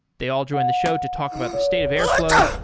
they all join the show to talk about the state of airflow,